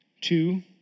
Two